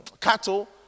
cattle